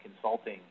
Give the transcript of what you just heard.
Consulting